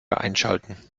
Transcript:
einschalten